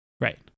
right